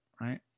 right